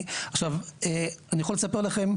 עכשיו, אני יכול לספר לכם.